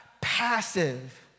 passive